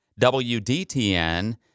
WDTN